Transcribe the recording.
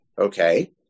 okay